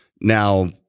Now